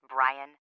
Brian